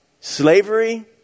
slavery